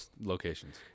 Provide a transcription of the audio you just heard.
locations